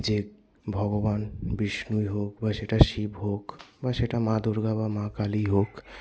যে ভগবান বিষ্ণুই হোক বা সেটা শিব হোক বা সেটা মা দুর্গা বা মা কালীই হোক